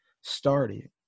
started